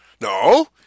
No